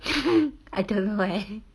I don't know where